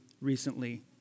recently